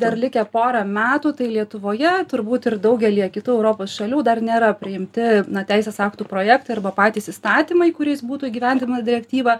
dar likę porą metų tai lietuvoje turbūt ir daugelyje kitų europos šalių dar nėra priimti teisės aktų projektai arba patys įstatymai kuriais būtų įgyvendinama direktyva